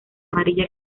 amarilla